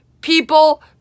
people